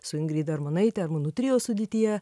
su ingrida armonaite armonų trio sudėtyje